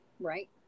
right